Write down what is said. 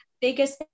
biggest